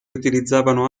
utilizzavano